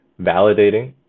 validating